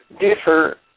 differ